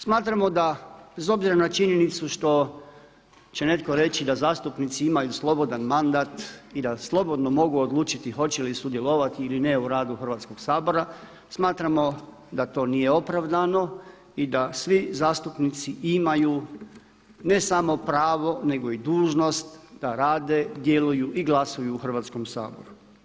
Smatramo da bez obzira na činjenicu što će netko reći da zastupnici imaju slobodan mandat i da slobodno mogu odlučiti hoće li sudjelovati ili ne u radu Hrvatskog sabora smatramo da to nije opravdano i da svi zastupnici imaju ne samo pravo nego i dužnost da rade, djeluju i glasuju u Hrvatskom saboru.